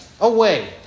away